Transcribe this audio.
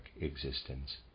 existence